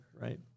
Right